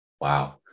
Wow